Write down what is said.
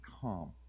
calm